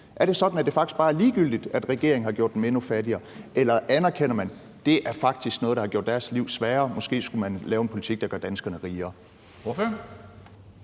Er det sådan, at det faktisk bare er ligegyldigt, at regeringen har gjort dem endnu fattigere, eller anerkender man, at det faktisk er noget, der har gjort deres liv sværere, og at man måske skulle føre en politik, der gør danskerne rigere?